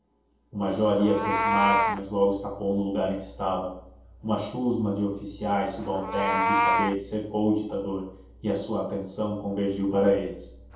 major ia aproximar-se mas logo estacou no lugar em que estava uma chusma de oficiais subalternos e cadetes cercou o ditador e a sua atenção convergiu para eles